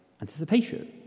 anticipation